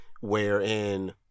wherein